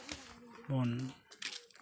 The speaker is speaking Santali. ᱵᱚᱱ